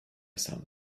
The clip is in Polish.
sam